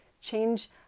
change